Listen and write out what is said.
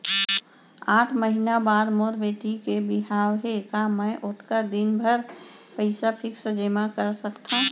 आठ महीना बाद मोर बेटी के बिहाव हे का मैं ओतका दिन भर पइसा फिक्स जेमा कर सकथव?